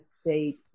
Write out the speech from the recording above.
state